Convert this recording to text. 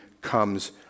comes